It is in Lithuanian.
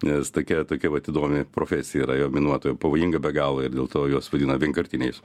nes tokia tokia vat įdomi profesija yra minuotojo pavojinga be galo ir dėl to juos vadina vienkartiniais